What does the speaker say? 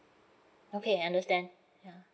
okay I understand yeah